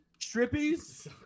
strippies